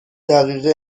دقیقه